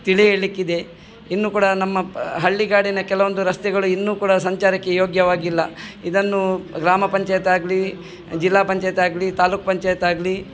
ತಿಳಿ ಹೇಳ್ಲಿಕ್ಕೆ ಇದೆ ಇನ್ನು ಕೂಡ ನಮ್ಮ ಪ ಹಳ್ಳಿಗಾಡಿನ ಕೆಲವೊಂದು ರಸ್ತೆಗಳು ಇನ್ನು ಕೂಡ ಸಂಚಾರಕ್ಕೆ ಯೋಗ್ಯವಾಗಿಲ್ಲ ಇದನ್ನು ಗ್ರಾಮಪಂಚಾಯತ್ ಆಗಲಿ ಜಿಲ್ಲಾ ಪಂಚಾಯತ್ ಆಗಲಿ ತಾಲ್ಲೂಕು ಪಂಚಾಯತ್ ಆಗಲಿ